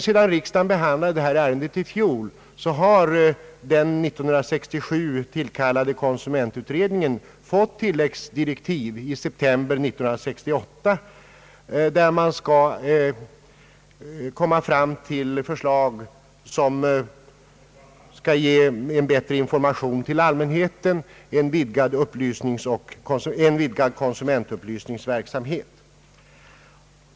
Sedan riksdagen behandlade detta ärende i fjol har den år 1967 tillkallade konsumentutredningen fått tillläggsdirektiv i september 1968 av innebörd att utredningen skall framlägga förslag om en bättre information till allmänheten, således en vidgad konsumentupplysningsverksamhet.